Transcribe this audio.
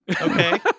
Okay